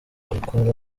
gukora